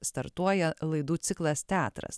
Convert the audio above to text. startuoja laidų ciklas teatras